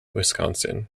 wisconsin